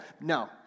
No